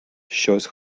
щось